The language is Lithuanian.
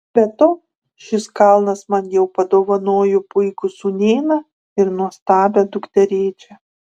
be to šis kalnas man jau padovanojo puikų sūnėną ir nuostabią dukterėčią